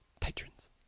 patrons